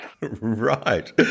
right